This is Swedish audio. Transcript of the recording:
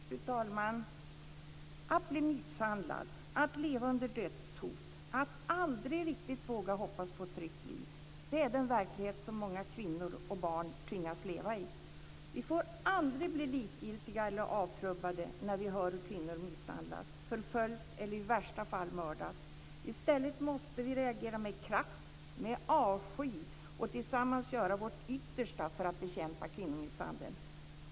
Fru talman! Att bli misshandlad, att leva under dödshot, att aldrig riktigt våga hoppas på ett tryggt liv - det är den verklighet som många kvinnor och barn tvingas leva i. Vi får aldrig bli likgiltiga eller avtrubbade när vi hör hur kvinnor misshandlas, förföljs eller i värsta fall mördas. I stället måste vi reagera med kraft, med avsky, och tillsammans göra vårt yttersta för att bekämpa kvinnomisshandeln.